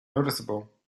noticeable